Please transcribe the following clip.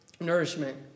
nourishment